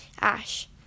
Ash